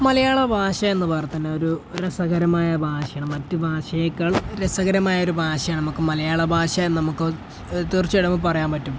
മലയാളഭാഷയെന്ന് പറഞ്ഞാല് തന്നെ ഒരു രസകരമായ ഭാഷയാണ് മറ്റ് ഭാഷകളെക്കാൾ രസകരമായൊരു ഭാഷയാണ് നമുക്ക് മലയാളഭാഷയെന്ന് നമുക്ക് തീർച്ചയായിട്ടും പറയാൻ പറ്റും